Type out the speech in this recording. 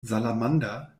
salamander